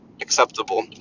acceptable